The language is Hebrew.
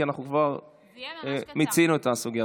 כי אנחנו כבר מיצינו את הסוגיה הזאת.